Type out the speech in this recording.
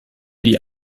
die